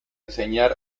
enseñar